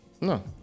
No